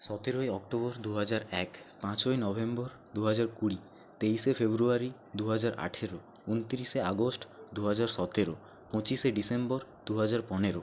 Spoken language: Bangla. সতেরোই অক্টোবর দুহাজার এক পাঁচই নভেম্বর দুহাজার কুড়ি তেইশে ফেব্রুয়ারি দুহাজার আঠেরো ঊনত্রিশে আগস্ট দুহাজার সতেরো পঁচিশে ডিসেম্বর দুহাজার পনেরো